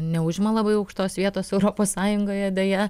neužima labai aukštos vietos europos sąjungoje deja